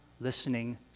listening